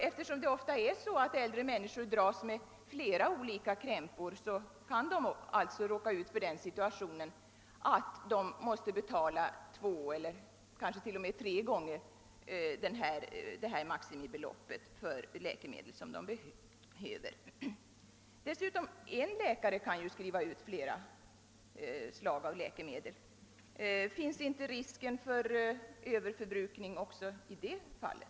Eftersom äldre människor ofta dras med flera olika krämpor kan de råka i den situationen att de måste betala två eller tre gånger maximibeloppet för de läkemedel som de behöver. En läkare kan ju dessutom skriva ut flera recept på olika läkemedel — finns inte risken för överförbrukning också i det fallet?